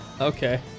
Okay